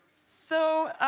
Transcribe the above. so,